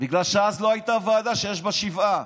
בגלל שאז לא הייתה ועדה שיש בה שבעה.